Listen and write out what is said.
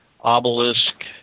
obelisk